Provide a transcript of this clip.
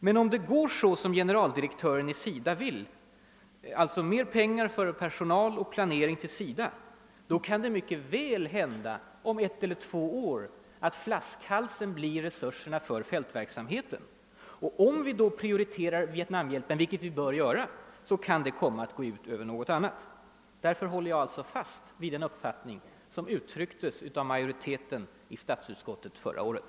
Men om det går som generaldirektören i SIDA vill — alltså att mer pengar för personal och planering ställs till SIDA:s förfogande — kan det mycket väl om ett eller två år hända, att flaskhalsen blir resurserna för fältverksamheten. Om vi då prioriterar Vietnamhjälpen, vilket vi bör göra, kan detta komma att gå ut över något annat. Jag håller alltså fast vid den uppfattning som uttrycktes av majoriteten i statsutskottet förra året.